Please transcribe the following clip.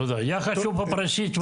תודה רבה, ותודה על התרגום.